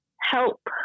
help